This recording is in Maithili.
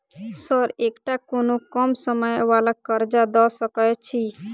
सर एकटा कोनो कम समय वला कर्जा दऽ सकै छी?